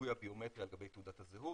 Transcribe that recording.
בזיהוי הביומטרי על גבי תעודת הזהות.